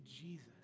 Jesus